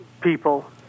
people